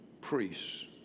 priests